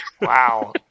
Wow